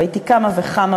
הייתי כמה וכמה,